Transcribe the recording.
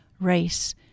race